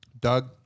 Doug